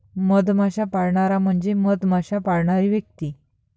मधमाश्या पाळणारा म्हणजे मधमाश्या पाळणारी व्यक्ती